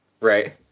Right